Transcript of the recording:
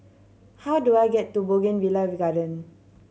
how do I get to Bougainvillea Garden